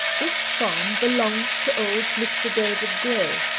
this farm belonged to old mr. david gray.